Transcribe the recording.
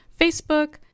facebook